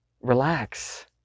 relax